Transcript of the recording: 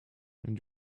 and